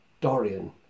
Dorian